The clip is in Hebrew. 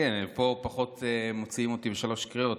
פה פחות מוציאים אותי בשלוש קריאות,